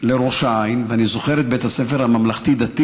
לראש העין, ואני זוכר את בית הספר הממלכתי-דתי,